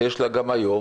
ויש לה גם היום,